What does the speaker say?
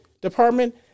department